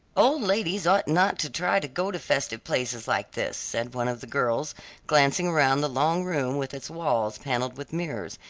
old ladies ought not to try to go to festive places like this, said one of the girls glancing around the long room with its walls paneled with mirrors,